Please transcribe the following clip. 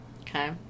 okay